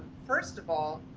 first of all,